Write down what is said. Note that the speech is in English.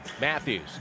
Matthews